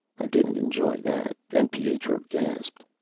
i didn't enjoy that, and pietro gasped.